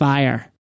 Fire